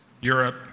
Europe